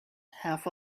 half